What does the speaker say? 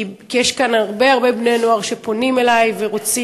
כי יש כאן הרבה הרבה בני-נוער שפונים אלי ורוצים,